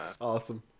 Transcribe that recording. awesome